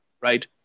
right